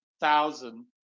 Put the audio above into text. thousand